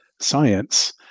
science